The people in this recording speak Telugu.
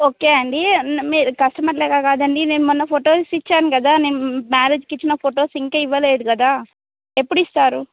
ఓకే అండి మీరు కస్టమర్లగా కాదండి నేను మన ఫొటోస్ ఇచ్చాను కదా నేను మ్యారేజ్కి ఇచ్చిన ఫొటోస్ ఇంకా ఇవ్వలేదు కదా ఎప్పుడు ఇస్తారు